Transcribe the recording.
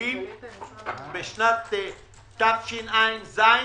תקציבים בשנת התשע"ז,